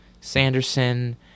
Sanderson